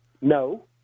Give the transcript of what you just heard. No